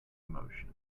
emotion